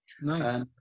Nice